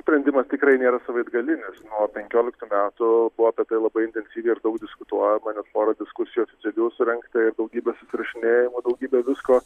sprendimas tikrai nėra savaitgalinis nuo penkioliktų metų buvo apie labai intensyviai ir daug diskutuojama net porą diskusijos daugiau surengta daugybė susirašinėjimų daugybė visko